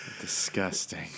Disgusting